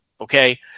Okay